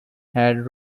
had